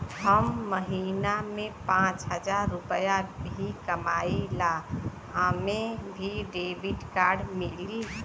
हम महीना में पाँच हजार रुपया ही कमाई ला हमे भी डेबिट कार्ड मिली?